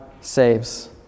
saves